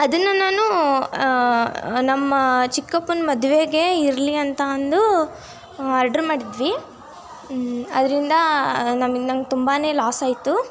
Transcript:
ಅದನ್ನು ನಾನು ನಮ್ಮ ಚಿಕ್ಕಪ್ಪನ ಮದುವೆಗೆ ಇರಲಿ ಅಂತ ಅಂದು ಆರ್ಡ್ರ್ ಮಾಡಿದ್ವಿ ಅದರಿಂದ ನಮಿಗೆ ನಂಗೆ ತುಂಬಾ ಲಾಸ್ ಆಯಿತು